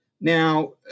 Now